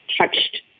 touched